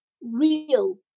real